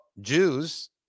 Jews